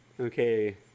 Okay